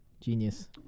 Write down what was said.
genius